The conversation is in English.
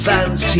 Fans